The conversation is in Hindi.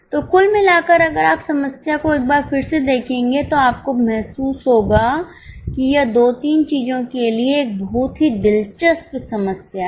तो कुल मिलाकर अगर आप समस्या को एक बार फिर से देखेंगे तो आपको महसूस होगा कि यह दो तीन चीजों के लिए एक बहुत ही दिलचस्प समस्या है